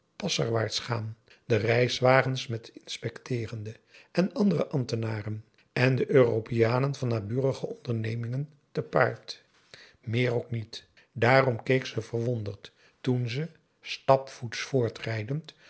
pasarwaarts gaan de reiswagens met inspecteerende en andere ambtenaren en de europeanen van naburige ondernemingen te paard meer ook p a daum hoe hij raad van indië werd onder ps maurits niet daarom keek ze verwonderd toen ze stapvoets